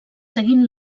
seguint